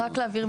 רק להבהיר,